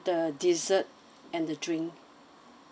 the dessert and the drink